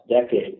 decade